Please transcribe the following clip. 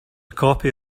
copy